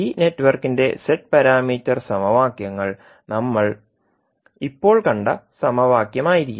ഈ നെറ്റ്വർക്കിന്റെ z parameter സമവാക്യങ്ങൾ നമ്മൾ ഇപ്പോൾ കണ്ട സമവാക്യമായിരിക്കും